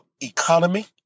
economy